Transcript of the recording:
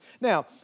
Now